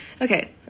Okay